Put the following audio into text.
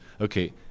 okay